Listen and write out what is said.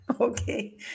Okay